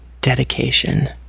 dedication